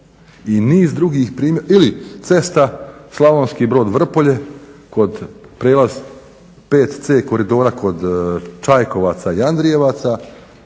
Pelješki most ili cesta Slavonski Brod-Vrpolje prijelaz 5C koridora kod Čajkovaca i Andrijevaca,